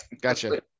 Gotcha